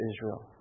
Israel